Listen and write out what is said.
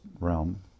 realm